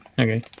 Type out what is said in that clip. Okay